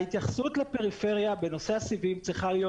ההתייחסות לפריפריה בנושא הסיבים צריכה להיות